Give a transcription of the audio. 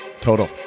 total